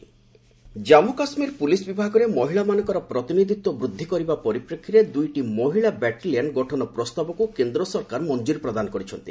J and K women Jammu Kashmir police ବିଭାଗରେ ମହିଳାମାନଙ୍କର ପ୍ରତିନିଧିତ୍ୱ ବୃଦ୍ଧି କରିବା ପରିପ୍ରେକ୍ଷୀରେ ଦୁଇଟି ମହିଳା ବାଟାଲିୟାନ୍ ଗଠନ ପ୍ରସ୍ତାବକୁ କେନ୍ଦ୍ର ସରକାର ମଞ୍ଜୁରୀ ପ୍ରଦାନ କରିଛନ୍ତି